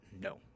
no